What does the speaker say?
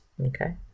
okay